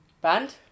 Band